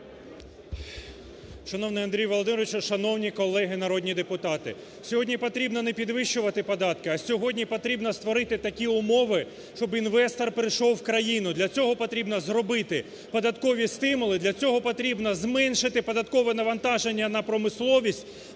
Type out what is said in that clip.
Шановний Андрій Володимирович, шановні колеги народні депутати! Сьогодні потрібно не підвищувати податки, а сьогодні потрібно створити такі умови, щоб інвестор прийшов в країну. Для цього потрібно зробити податкові стимули, для цього потрібно зменшити податкове навантаження на промисловість,